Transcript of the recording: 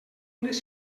unes